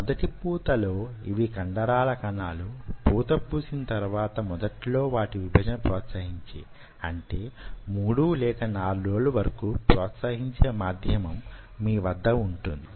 మొదటి పూతలో యివి కండరాల కణాలు పూత పూసిన తర్వాత మొదట్లో వాటి విభజనను ప్రోత్సహించే అంటే 3 4 రోజుల వరకు ప్రోత్సహించే మాధ్యమం మీ వద్ద వుంటుంది